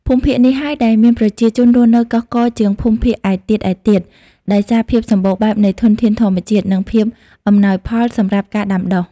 ភូមិភាគនេះហើយដែលមានប្រជាជនរស់នៅកុះករជាងភូមិភាគឯទៀតៗ ដោយសារភាពសម្បូរបែបនៃធនធានធម្មជាតិ និងភាពអំណោយផលសម្រាប់ការដាំដុះ។